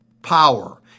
power